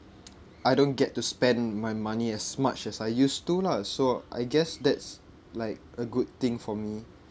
I don't get to spend my money as much as I used to lah so I guess that's like a good thing for me